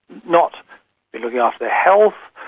not been looking after their health,